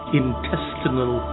intestinal